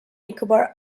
nicobar